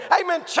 amen